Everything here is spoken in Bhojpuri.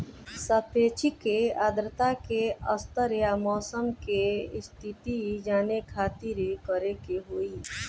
सापेक्षिक आद्रता के स्तर या मौसम के स्थिति जाने खातिर करे के होई?